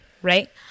right